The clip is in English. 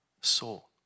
soul